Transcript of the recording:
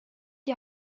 die